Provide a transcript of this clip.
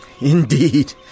Indeed